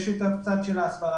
יש את הצד של ההסברה,